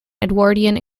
edwardian